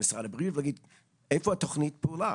ולשאול איפה תוכנית הפעולה.